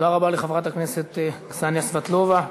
תודה רבה לחברת הכנסת קסניה סבטלובה.